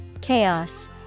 Chaos